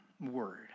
word